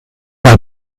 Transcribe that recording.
bei